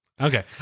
okay